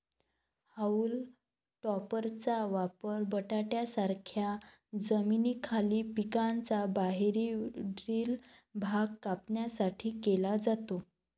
haulm टॉपरचा वापर बटाट्यांसारख्या जमिनीखालील पिकांचा बाहेरील भाग कापण्यासाठी केला जातो